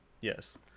Yes